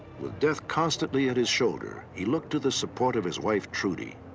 with death constantly at his shoulder, he looked to the support of his wife trudy.